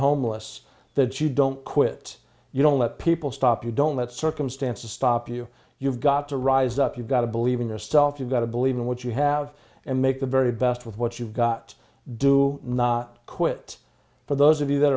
homeless that you don't quit you don't let people stop you don't let circumstances stop you you've got to rise up you've got to believe in yourself you've got to believe in what you have and make the very best with what you've got do not quit but those of you that